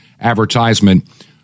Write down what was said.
advertisement